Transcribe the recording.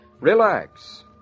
Relax